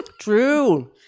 True